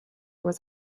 was